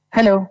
Hello